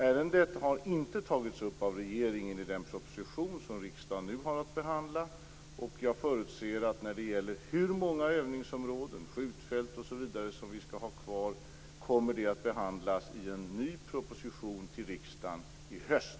Ärendet har inte tagits upp av regeringen i den proposition som riksdagen nu har att behandla, och jag förutser att frågan om hur många övningsområden, skjutfält osv. som vi skall ha kvar kommer att behandlas i en ny proposition till riksdagen i höst.